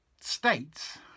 states